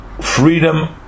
freedom